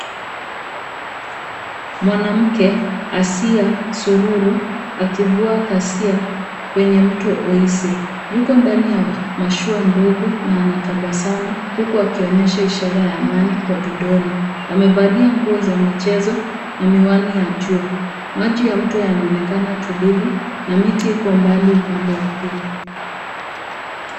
Mwanamke Asiya Sururu akivua kasia kwenye mto Oise. Yuko ndani ya mashua ndogo na anatabasamu huku akionyesha ishara ya amani kwa vidole. Amevalia nguo za michezo na miwani ya jua. Maji ya mto yanaonekana tulivu na miti iko mbali upande wa pili.